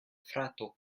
frato